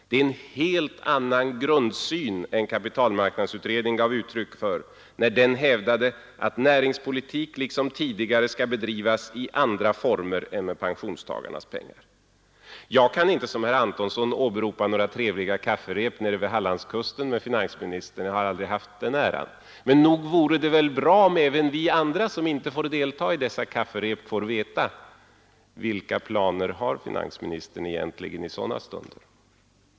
Det är en helt annan grundsyn än den kapitalmarknadsutredningen gav uttryck för när utredningen hävdade att näringspolitik liksom tidigare skall bedrivas i andra former än med pensionstagarnas pengar. Jag kan inte som herr Antonsson åberopa några trevliga kafferep med finansministern nere vid Hallandskusten. Jag har aldrig haft den äran, men nog vore det väl bra om även vi andra, som inte får delta i dessa kafferep, 173 får veta vilka planer finansministern egentligen har i sådana stunder.